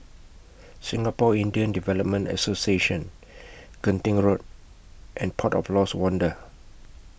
Singapore Indian Development Association Genting Road and Port of Lost Wonder